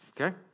okay